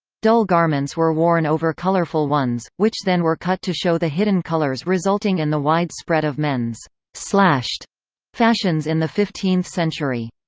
dull garments were worn over colourful ones, which then were cut to show the hidden colours resulting in the wide spread of men's slashed fashions in the fifteenth century.